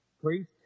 please